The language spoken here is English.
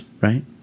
Right